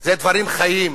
אלה דברים חיים.